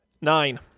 nine